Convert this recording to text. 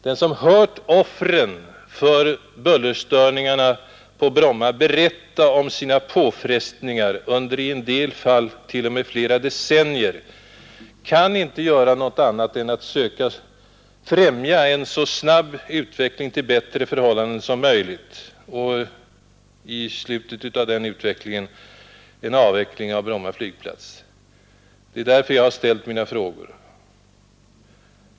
Den som har hört offren för bullerstörningarna på Bromma berätta om sina påfrestningar under i en del fall t.o.m. flera decennier kan inte göra något annat än att söka främja en så snabb utveckling till bättre förhållanden som möjligt och såsom slutet av en sådan utveckling en önskvärd avveckling av Bromma flygplats. Det är därför jag har ställt mina frågor.